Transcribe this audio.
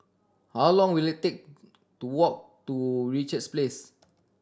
how long will it take to walk to Richards Place